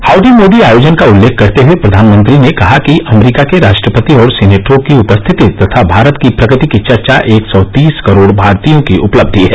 howdy Modi आयोजन का उल्लेख करते हुए प्रधानमंत्री ने कहा कि अमरीका के राष्ट्रपति और सीनेटरों की उपस्थिति तथा भारत की प्रगति की चर्चा एक सौ तीस करोड़ भारतीयों की उपलब्धि है